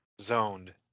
Zoned